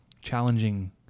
challenging